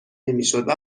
نمیشدو